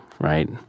right